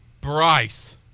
Bryce